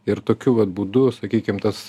ir tokiu vat būdu sakykim tas